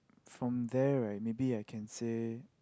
from there right maybe I can say